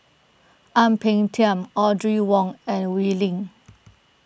Ang Peng Tiam Audrey Wong and Wee Lin